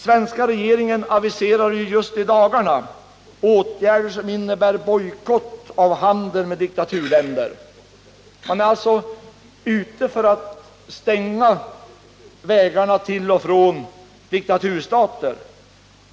Svenska regeringen aviserar i dagarna åtgärder som innebär bojkott av handel med diktaturländer. Man är alltså ute för att stänga vägarna till och från diktaturstater.